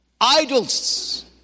idols